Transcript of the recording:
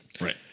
Right